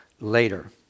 later